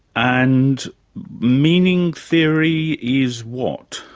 and meaning theory is what?